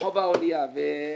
ברחוב אהליאב.